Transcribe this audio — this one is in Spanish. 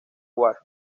war